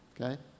Okay